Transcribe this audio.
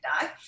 die